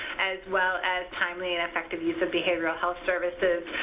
as well as timely and effective use of behavioral health services,